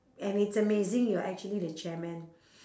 and it's amazing you're actually the chairman